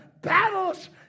battles